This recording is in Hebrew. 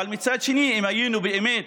אבל מצד שני, אם היינו באמת